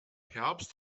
herbst